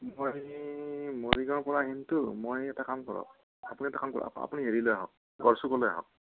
মই মৰিগাঁৱৰ পৰা আহিম তো মই এটা কাম কৰক আপুনি এটা কাম কৰক আপুনি হেৰিলৈ আহক গড়চুকলৈ আহক